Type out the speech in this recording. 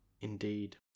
indeed